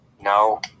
No